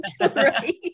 right